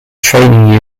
training